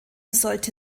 sollte